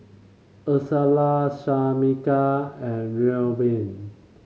Ursula Shamika and Reubin